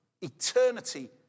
eternity